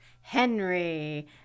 Henry